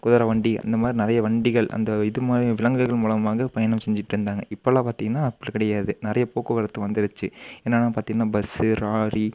குதிரை வண்டி அந்த மாதிரி நிறைய வண்டிகள் அந்த இது மாரி விலங்குகள் மூலமாக பயணம் செஞ்சுட்டு இருந்தாங்க இப்போல்லாம் பார்த்தீங்கன்னா அப்படி கிடையாது நிறைய போக்குவரத்து வந்துடுச்சி என்னென்ன பார்த்தீங்கன்னா பஸ்ஸு ராலி